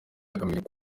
akamenyero